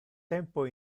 tempo